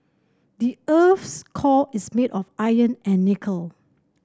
the earth's core is made of iron and nickel